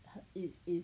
很 it's